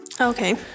okay